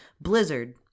Blizzard